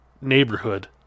neighborhood